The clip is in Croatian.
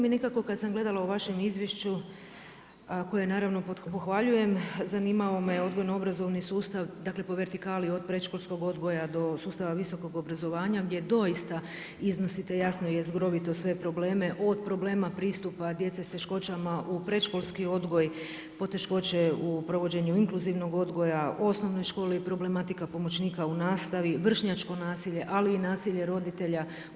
I nekako kad sam gledala u vašem izvješću, a koje je naravno pohvaljujem, zanimao me je odgojno obrazovni sustav, dakle, po vertikali, od predškolskog odgoja, do sustava visokog obrazovanja, gdje doista iznosi to jasno i jezgrovito svoje probleme, od problema pristupa djece s teškoćama u predškolski odgoj, poteškoće u provođenju inkluzivnog odgoja, o osnovnoj školi problematika pomoćnika u nastavi, vršnjačko nasilje ali i nasilje roditelja.